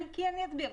אני אסביר.